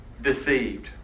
deceived